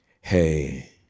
Hey